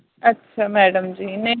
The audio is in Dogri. अच्छा मैडम जी